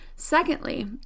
Secondly